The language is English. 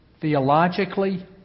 theologically